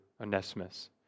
Onesimus